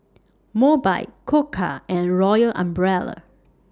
Mobike Koka and Royal Umbrella